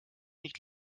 nicht